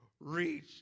reach